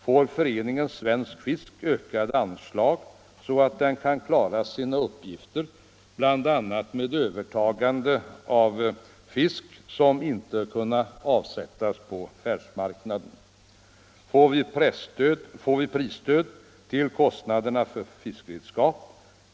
Får Föreningen Svensk fisk ökade anslag så att den kan klara sina uppgifter, bl.a. med övertagande av fisk som inte kunnat avsättas på färskmarknaden? Får vi prisstöd till kostnaderna för fiskredskap?